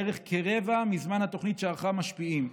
בערך רבע מזמן התוכנית שארכה "משפיעים".